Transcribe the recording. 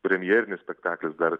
premjerinis spektaklis dar